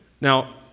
Now